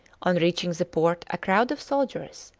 on reaching the port a crowd of soldiers,